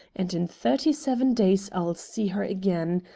and in thirty-seven days i'll see her again.